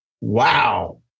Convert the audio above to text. wow